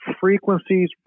frequencies